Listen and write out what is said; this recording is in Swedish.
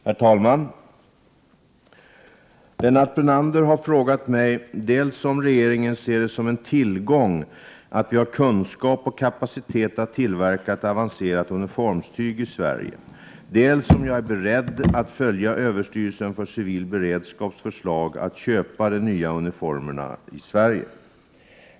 Herr talman! Lennart Brunander har frågat mig dels om regeringen ser det som en tillgång att vi har kunskap och kapacitet att tillverka ett avancerat uniformstyg i Sverige, dels om jag är beredd att följa överstyrelsens för civil beredskap förslag att köpa de nya uniformerna i Sverige.